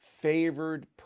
favored